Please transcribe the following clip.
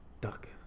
Duck